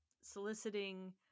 soliciting